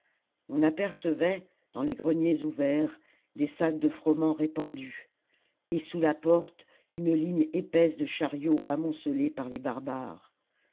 on apercevait dans les greniers ouverts des sacs de froment répandus et sous la porte une ligne épaisse de chariots amoncelés par les barbares